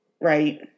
Right